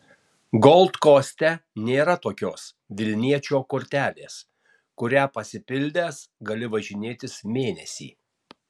gold koste nėra tokios vilniečio kortelės kurią pasipildęs gali važinėtis mėnesį